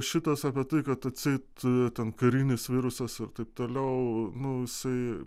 šitas apie tai kad atseit ten karinis virusas ir taip toliau nu jisai